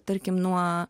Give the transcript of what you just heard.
tarkim nuo